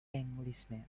englishman